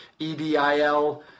EDIL